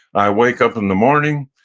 i wake up in the morning,